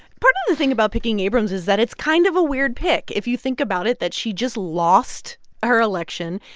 part of the thing about picking abrams is that it's kind of a weird pick if you think about it that she just lost her election.